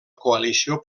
coalició